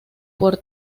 por